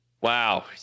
Wow